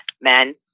men